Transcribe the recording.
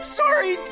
sorry